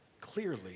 clearly